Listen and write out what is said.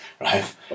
right